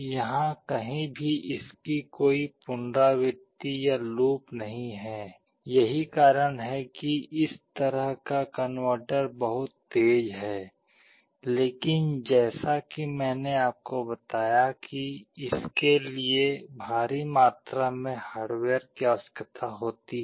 यहाँ कहीं भी इसकी कोई पुनरावृत्ति या लूप नहीं है यही कारण है कि इस तरह का कनवर्टर बहुत तेज है लेकिन जैसा कि मैंने आपको बताया कि इसके लिए भारी मात्रा में हार्डवेयर की आवश्यकता होती है